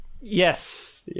Yes